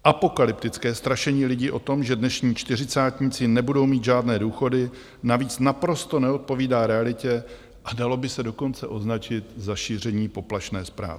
Apokalyptické strašení lidí o tom, že dnešní čtyřicátníci nebudou mít žádné důchody, navíc naprosto neodpovídá realitě a dalo by se dokonce označit za šíření poplašné zprávy.